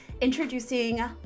Introducing